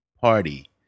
party